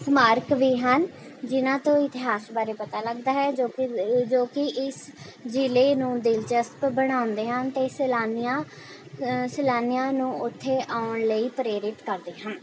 ਸਮਾਰਕ ਵੀ ਹਨ ਜਿਨ੍ਹਾਂ ਤੋਂ ਇਤਿਹਾਸ ਬਾਰੇ ਪਤਾ ਲੱਗਦਾ ਹੈ ਜੋ ਕਿ ਜੋ ਕਿ ਇਸ ਜ਼ਿਲ੍ਹੇ ਨੂੰ ਦਿਲਚਸਪ ਬਣਾਉਂਦੇ ਹਨ ਅਤੇ ਸੈਲਾਨੀਆਂ ਸੈਲਾਨੀਆਂ ਨੂੰ ਉੱਥੇ ਆਉਣ ਲਈ ਪ੍ਰੇਰਿਤ ਕਰਦੇ ਹਨ